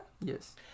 Yes